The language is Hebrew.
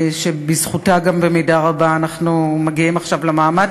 שבזכותה גם במידה רבה אנחנו מגיעים עכשיו למעמד